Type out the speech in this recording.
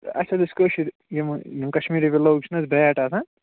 تہٕ اَسہِ حظ ٲسۍ کٲشِرۍ کشمیٖری وِلو چھِنہٕ حظ بیٹ آسان